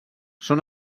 són